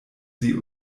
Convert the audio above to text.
sie